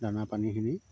দানা পানীখিনি